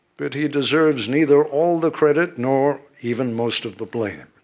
but he deserves neither all the credit, nor even most of the blame.